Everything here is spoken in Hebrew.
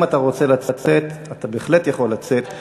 אם אתה רוצה לצאת, אתה בהחלט יכול לצאת.